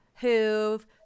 who've